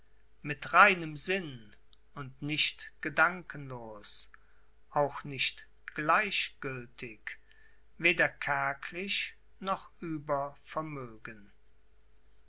mit reinem sinn und nicht gedankenlos auch nicht gleichgiltig weder kärglich noch auch über vermögen